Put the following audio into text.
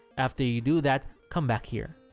after you do that, come back here.